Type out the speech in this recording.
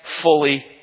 fully